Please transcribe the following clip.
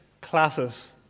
classes